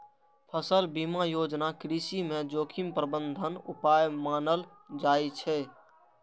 फसल बीमा योजना कृषि मे जोखिम प्रबंधन उपाय मानल जाइ छै